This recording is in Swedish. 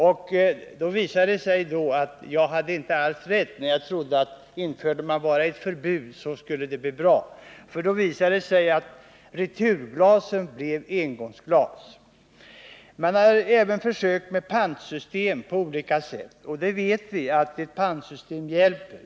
Men det visade sig att jag inte hade rätt när jag trodde att om man bara införde ett förbud skulle det bli bra. Det kunde nämligen konstateras att returglasen blev engångsglas. Man har även försökt olika slag av pantsystem — vi vet ju att pantsystem kan vara en god hjälp.